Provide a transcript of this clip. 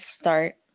start